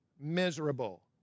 miserable